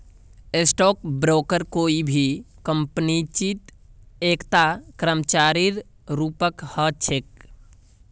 stock broker कोई भी कम्पनीत एकता कर्मचारीर रूपत ह छेक